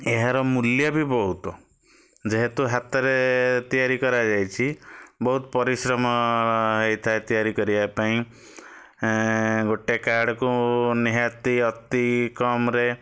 ଏହାର ମୁଲ୍ୟ ବି ବହୁତ ଯେହେତୁ ହାତରେ ତିଆରି କରାଯାଇଛି ବହୁତ ପରିଶ୍ରମ ହେଇଥାଏ ତିଆରି କରିବା ପାଇଁ ଗୋଟେ କାର୍ଡ଼କୁ ନିହାତି ଅତି କମରେ